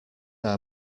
our